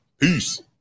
Peace